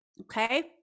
okay